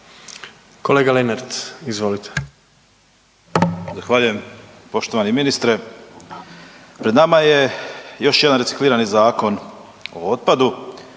**Lenart, Željko (HSS)** Zahvaljujem. Poštovani ministre, pred nama je još jedan reciklirani Zakon o otpadu,